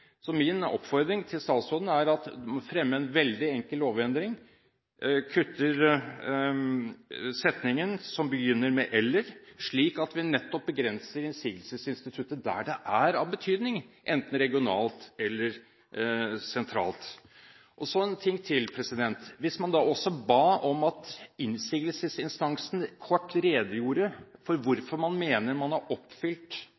Så min oppfordring til statsråden er å fremme en veldig enkel lovendring, nemlig å kutte setningen som begynner med «eller», slik at vi begrenser innsigelsesinstituttet der det er av betydning, enten regionalt eller sentralt. Så en ting til: Hvis man også ba om at innsigelsesinstansen kort redegjorde for